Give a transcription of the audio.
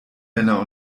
männer